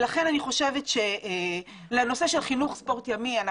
אנחנו בעד חינוך וספורט ימי.